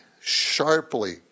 sharply